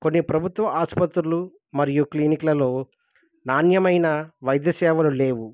కొన్ని ప్రభుత్వ ఆసుపత్రులు మరియు క్లినిక్లలో నాణ్యమైన వైద్య సేవలు లేవు